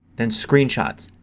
then screenshots.